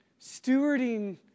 Stewarding